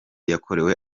yakorewe